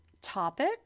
topic